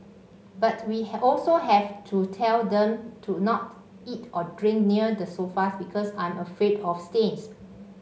but we also have to tell them to not eat or drink near the sofas because I'm afraid of stains